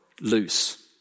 loose